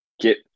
get